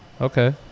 Okay